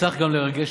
הצלחת גם לרגש